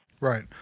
Right